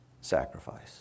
sacrifice